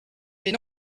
des